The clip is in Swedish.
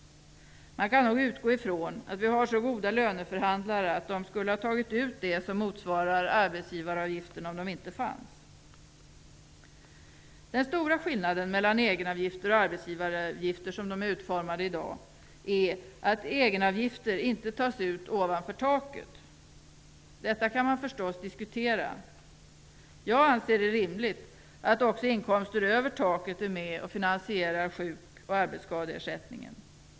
Man kan nog utgå ifrån att vi har så goda löneförhandlare att de skulle ha tagit ut det som motsvarar arbetsgivaravgifterna om dessa inte fanns. Den stora skillnaden mellan egenavgifter och arbetsgivaravgifter som de är utformade i dag, är att egenavgifter inte tas ut ovanför taket. Detta kan man förstås diskutera. Jag anser att det är rimligt att också inkomster över taket är med och finansierar sjuk och arbetsskadeersättningen.